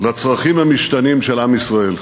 לצרכים המשתנים של עם ישראל.